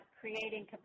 creating